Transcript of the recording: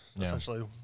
essentially